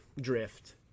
drift